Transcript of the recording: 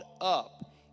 up